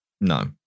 No